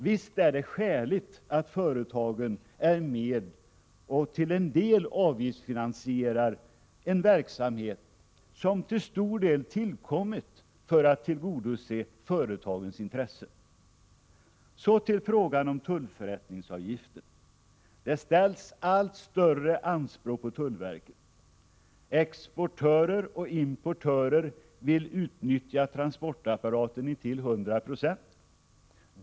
Visst är det skäligt att företagen är med och till en del avgiftsfinansierar en verksamhet som till stor del har tillkommit för att tillgodose företagens intressen. Så till frågan om tullförrättningsavgiften. Det ställs allt större anspråk på tullverket. Exportörer och importörer vill utnyttja transportapparaten till 100 20.